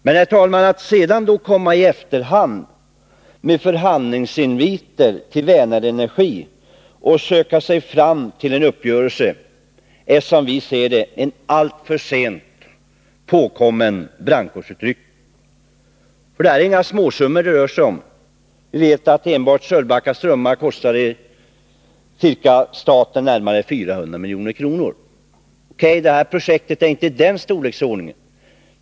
Men, herr talman, att komma i efterhand med förhandlingsinviter till Vänerenergi och söka sig fram till en uppgörelse är, som vi ser det, en alltför sent påkommen brandkårsutryckning. Det är inga småsummor det rör sig om. Vi vet att enbart Sölvbacka strömmar kostade staten närmare 400 milj.kr. O.K. — detta projekt är inte i den storleksordningen.